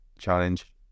challenge